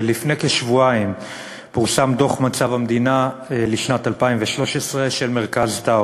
לפני כשבועיים פורסם דוח מצב המדינה לשנת 2013 של מרכז טאוב.